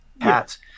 hats